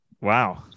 Wow